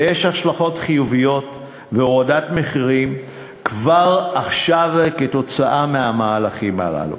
ויש השלכות חיוביות והורדת מחירים כבר עכשיו כתוצאה מהמהלכים הללו.